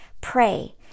pray